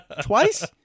Twice